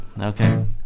Okay